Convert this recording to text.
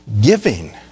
giving